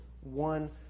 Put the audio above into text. one